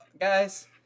guys